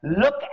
Look